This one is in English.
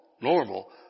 normal